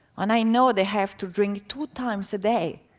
and i know they have to drink two times a day.